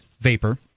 vapor